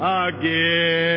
again